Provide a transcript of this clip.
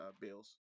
Bills